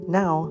now